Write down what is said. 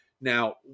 Now